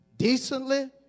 Decently